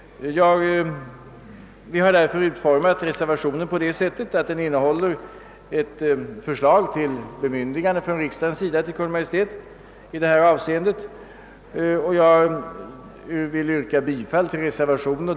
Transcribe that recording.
Vi har utformat reservationen på det sättet att den innehåller ett förslag till bemyndigande från riksdagens sida till Kungl. Maj:t i detta avseende. Jag vill, herr talman, yrka bifall till reservationen.